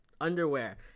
Underwear